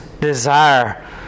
desire